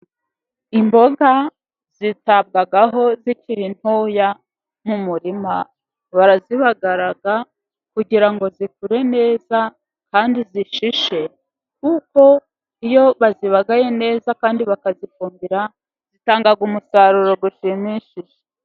Imboga zitabwaho zikiri ntoya mu murima barazibagara kugira ngo zikure neza kandi zishishe, kuko iyo bazibagaye neza kandi bakazifumbira zitanga umusaruro ushimishije.